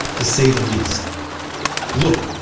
to say the least look,